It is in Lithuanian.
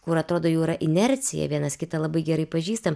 kur atrodo jau yra inercija vienas kitą labai gerai pažįstam